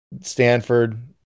Stanford